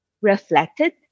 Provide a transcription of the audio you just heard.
reflected